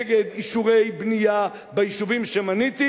נגד אישורי בנייה ביישובים שמניתי,